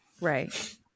Right